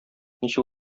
ничек